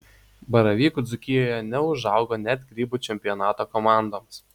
baravykų dzūkijoje neužaugo net grybų čempionato komandoms